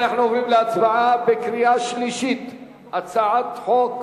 אנחנו עוברים להצבעה בקריאה שלישית על הצעת חוק